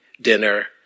dinner